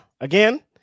Again